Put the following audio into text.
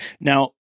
now